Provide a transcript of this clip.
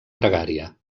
pregària